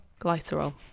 glycerol